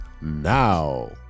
now